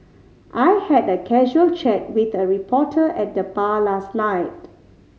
I had a casual chat with a reporter at the bar last night